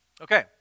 Okay